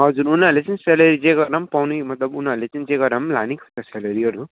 हजुर उनीहरूले चाहिँ सेलेरी जे गरेर पाउने मतलब उनीहरूले चाहिँ जे गरेर लाने त्यो सेलेरीहरू